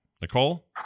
Nicole